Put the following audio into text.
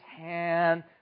hand